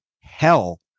hell